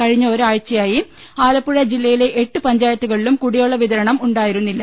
കഴിഞ്ഞ ഒരാഴ്ചയായി ആലപ്പുഴ ജില്ലയിലെ എട്ട് പഞ്ചായത്തുകളിലും കുടിവെള്ള വിതരണം ഉണ്ടായി രുന്നില്ല